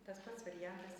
tas pats variantas